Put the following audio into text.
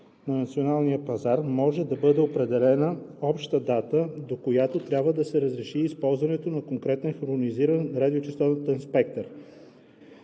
на националния пазар, може да бъде определена обща дата, до която трябва да се разреши използването на конкретен хармонизиран радиочестотен спектър.